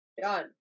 Done